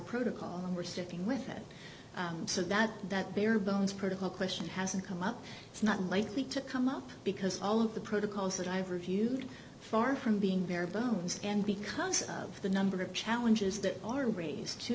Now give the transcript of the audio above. protocol and we're sticking with that so that that bare bones part of the question hasn't come up it's not likely to come up because all of the protocols that i've reviewed far from being very bones and because of the number of challenges that are raised to